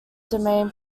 domain